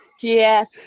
Yes